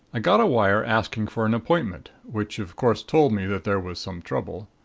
i got a wire asking for an appointment, which of course told me that there was some trouble.